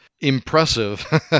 impressive